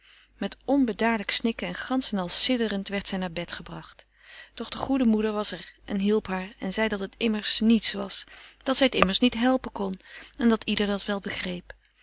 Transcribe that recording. met onbedaarlijk snikken en gansch en al sidderend werd zij naar bed gebracht doch de goede moeder was er en hielp haar en zei dat het immers niets was dat zij t immers niet helpen kon en dat ieder dat wel begreep